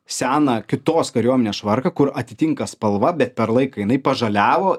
seną kitos kariuomenės švarką kur atitinka spalva bet per laiką jinai pažaliavo